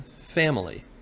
family